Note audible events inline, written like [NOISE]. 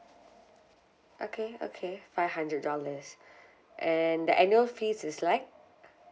okay okay five hundred dollars [BREATH] and the annual fees is like